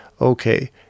okay